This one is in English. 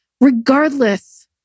regardless